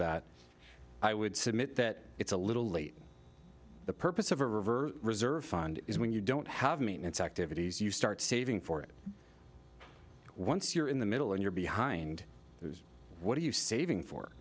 that i would submit that it's a little late the purpose of a river reserve fund is when you don't have maintenance activities you start saving for it once you're in the middle and you're behind what are you saving for